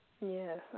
Yes